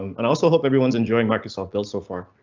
um and also hope everyone is enjoying microsoft build so far